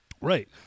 Right